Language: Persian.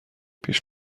پیش